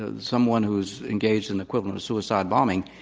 ah someone who is engaged in the equivalent of suicide bombing,